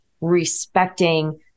respecting